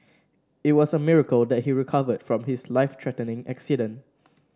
it was a miracle that he recovered from his life threatening accident